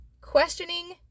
questioning